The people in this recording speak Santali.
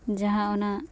ᱡᱟᱦᱟᱸ ᱚᱱᱟ